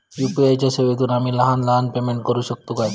UPI च्या सेवेतून आम्ही लहान सहान पेमेंट करू शकतू काय?